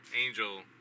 Angel